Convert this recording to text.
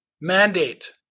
mandate